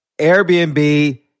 Airbnb